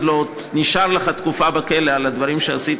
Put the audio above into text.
לו: נשארה לך תקופה בכלא על הדברים שעשית,